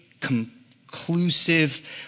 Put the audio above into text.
conclusive